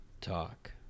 talk